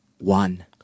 one